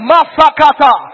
Masakata